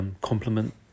complement